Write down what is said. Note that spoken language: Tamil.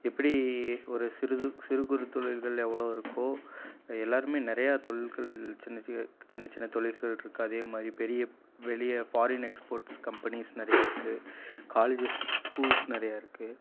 எப்படி ஒரு சிறு சு சிறு குறு தொழில்கள் எவ்வளோ இருக்கோ எல்லோருமே நிறையா தொழில்கள் சின்ன சி சின்ன சின்ன தொழில்கள் இருக்குது அதே மாதிரி பெரிய வெளிய ஃபாரின் எக்ஸ்போர்ட்ஸ் கம்பெனிஸ் நிறைய இருக்குது காலேஜஸ் ஸ்கூல்ஸ் நிறைய இருக்குது